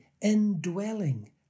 indwelling